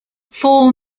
four